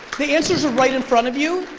the answers are right in front of you,